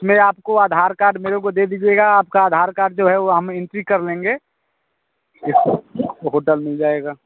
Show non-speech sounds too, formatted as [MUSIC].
इसमें आपको आधार कार्ड मेरे को दे दीजिएगा आपका आधार कार्ड जो है हम एंट्री कर लेंगे [UNINTELLIGIBLE] होटल मिल जाएगा